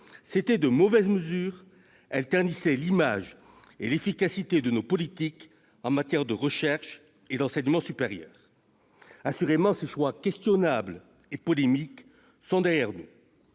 c'étaient de mauvaises mesures, qui ternissaient l'image et l'efficacité de nos politiques en matière de recherche et d'enseignement supérieur. Assurément, ces choix questionnables et polémiques sont derrière nous.